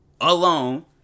alone